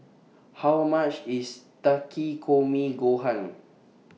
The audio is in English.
How much IS Takikomi Gohan